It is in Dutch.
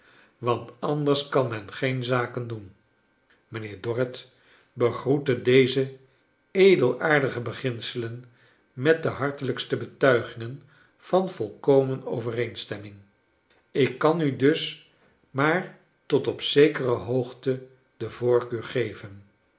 want anders kaln men geen zaken doen mijnheer jdorrit begroette deze edelaardige beginselen met de hartelikste betuigingen van volkomen overeenstemming ik kan u dus maar tot op zekere hoogte de voorkeur geven